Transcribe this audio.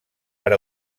per